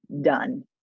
done